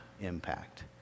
impact